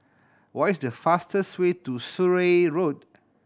what is the fastest way to Surrey Road